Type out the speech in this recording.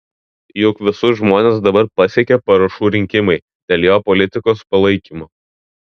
juk visus žmones dabar pasiekia parašų rinkimai dėl jo politikos palaikymo